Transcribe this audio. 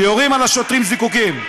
שיורים על השוטרים זיקוקים.